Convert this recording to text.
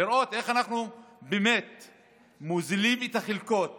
לראות איך אנחנו באמת מוזילים את החלקות